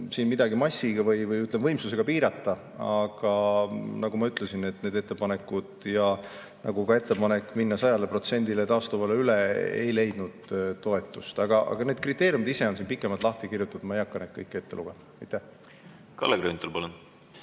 siin midagi massiga, või ütleme, võimsusega piirata. Aga nagu ma ütlesin, et need ettepanekud, nagu ka ettepanek minna 100%-le taastuvale üle, ei leidnud toetust. Aga need kriteeriumid ise on siin pikemalt lahti kirjutatud, ma ei hakka neid kõiki ette lugema. Aitäh! Jah,